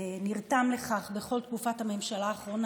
נרתם לכך בכל תקופת הממשלה האחרונה,